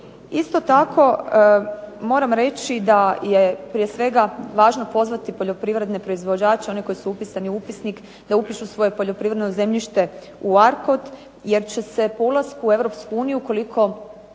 Isto tako moram reći da je prije svega važno pozvati one poljoprivredne proizvođače koji su upisani u upisnik da upiše svoje poljoprivredno zemljište u … jer će se po ulasku u Europsku